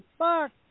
fuck